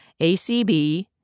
ACB